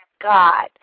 God